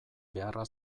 beharra